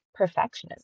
perfectionism